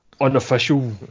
unofficial